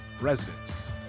residents